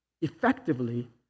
effectively